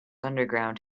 underground